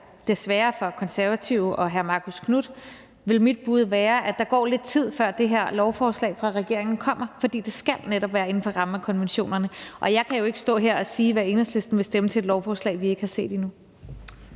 desværre for Konservative og hr. Marcus Knuth, at der går lidt tid, før det her lovforslag fra regeringen kommer. For det skal netop være inden for rammerne af konventionerne. Og jeg kan jo ikke stå her og sige, hvad Enhedslisten vil stemme til et lovforslag, vi ikke har set endnu.